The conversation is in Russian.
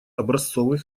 образцовый